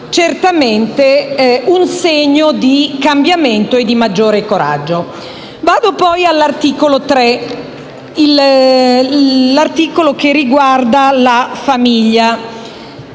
certamente un segno di cambiamento e di maggiore coraggio. Passo, poi, all'articolo 3, che riguarda la famiglia.